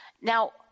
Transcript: Now